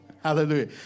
Hallelujah